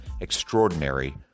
extraordinary